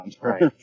Right